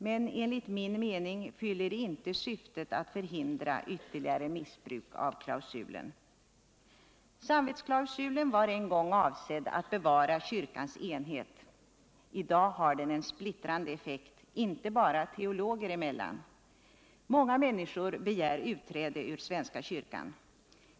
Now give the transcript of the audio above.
Men enligt min mening fyller det inte syftet att förhindra ytterligare missbruk av klausulen: Samvcetsklausulen var en gång avsedd att bevara kyrkans enhet. I dag har den en splittrande effekt, inte bara teologer emellan. Många människor begär utträde ur svenska kyrkan.